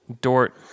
Dort